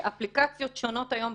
אפליקציות היכרות שונות ברשתות,